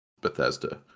bethesda